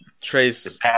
Trace